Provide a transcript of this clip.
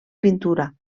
pintura